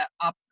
up